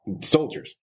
soldiers